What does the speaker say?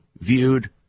viewed